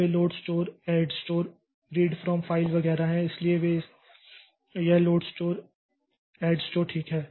तो वे load store add store read from file वगैरह हैं इसलिए वे हैं इसलिए यह लोड स्टोर ऐड स्टोर ठीक है